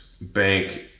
bank